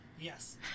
Yes